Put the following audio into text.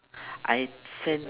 I send